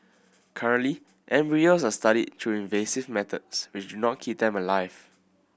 currently embryos are studied through invasive methods which not keep them alive